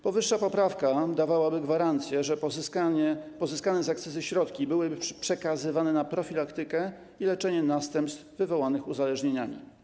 Powyższa poprawka dawałaby gwarancję, że pozyskane z akcyzy środki byłyby przekazywane na profilaktykę i leczenie następstw wywołanych uzależnieniami.